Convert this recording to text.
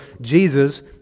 Jesus